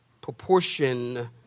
proportion